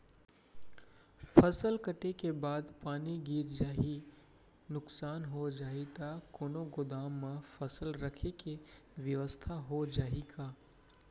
फसल कटे के बाद पानी गिर जाही, नुकसान हो जाही त कोनो गोदाम म फसल रखे के बेवस्था हो जाही का?